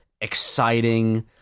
exciting